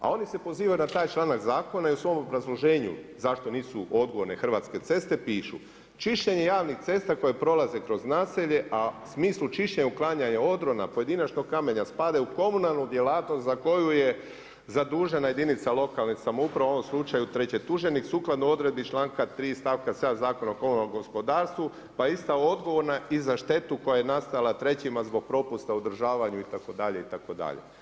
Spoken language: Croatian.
A oni se pozivaju na taj članak zakona i u svom obrazloženju zašto nisu odgovorne Hrvatske ceste pišu čišćenje javnih cesta koje prolaze kroz naselje, a u smislu čišćenja, otklanjanja odrona, pojedinačnog kamenja spadaju u komunalnu djelatnost za koju je zadužena jedinica lokalne samouprave, u ovom slučaju treće tuženi sukladno odredbi članka 3. stavka 7. Zakona o komunalnom gospodarstvu, pa je ista odgovorna i za štetu koja je nastala trećima zbog propusta u održavanju itd. itd.